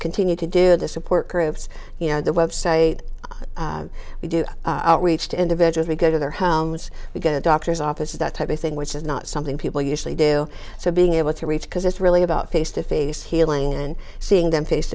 continue to do the support groups you know the website we do outreach to individuals we go to their homes we get a doctor's office that type of thing which is not something people usually do so being able to reach because it's really about face to face healing and seeing them face